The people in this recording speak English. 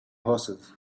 horses